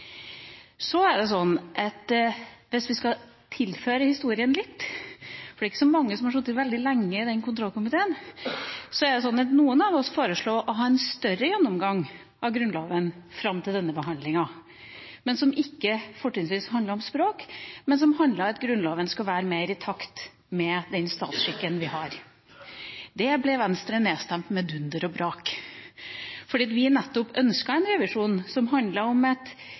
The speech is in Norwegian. så mange som har sittet veldig lenge i kontrollkomiteen – er det sånn at noen av oss foreslo å ha en større gjennomgang av Grunnloven fram til denne behandlinga, som ikke fortrinnsvis handlet om språk, men som handlet om at Grunnloven skulle være mer i takt med den statsskikken vi har. Venstre ble nedstemt med dunder og brak. Vi ønsket nettopp en revisjon som handlet om at vi skulle endre formuleringer som at «Kongen velger selv et